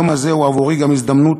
היום הזה הוא עבורי גם הזדמנות